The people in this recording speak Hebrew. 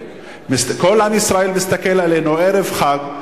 כל עם ישראל מסתכל עלינו, ערב חג.